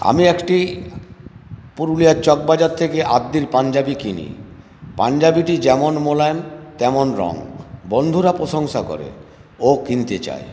আমি একটি পুরুলিয়ার চক বাজার থেকে আদ্যির পাঞ্জাবি কিনি পাঞ্জাবিটি যেমন মোলায়েম তেমন রঙ বন্ধুরা প্রশংসা করে ও কিনতে চায়